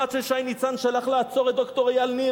שמעת ששי ניצן שלח לעצור את ד"ר אייל ניר?